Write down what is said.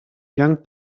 young